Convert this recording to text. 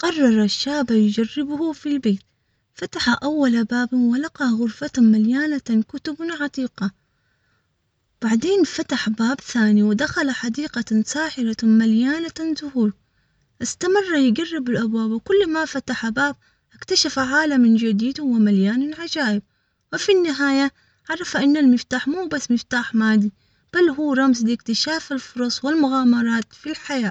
قرر الشاب يجربه في البيت، فتح أول باب، ولقى غرفة مليانة كتب عتيقة بعدين فتح باب ثاني ودخل حديقة ساحرة مليانة زهور إستمر يجرب الأبواب وكل ما فتح باب إكتشف عالم جديد ومليان عجائب وفي النهاية عرف إن المفتاح.